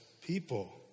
people